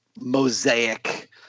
mosaic